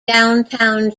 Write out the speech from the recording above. downtown